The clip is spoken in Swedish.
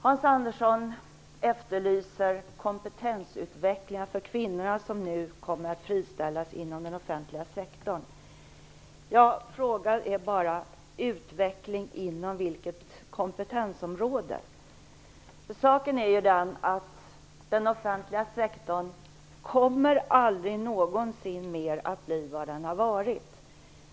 Hans Andersson efterlyser kompetensutveckling för de kvinnor som nu kommer att friställas inom den offentliga sektorn. Frågan är bara inom vilket kompetensområde utvecklingen skall ske. Den offentliga sektorn kommer nämligen aldrig någonsin mera att bli vad den har varit.